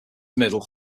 middle